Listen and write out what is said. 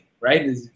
right